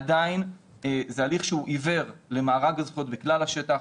עדיין זזה הליך שהוא עיוור למארג הזכויות וכלל השטח,